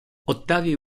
ottavi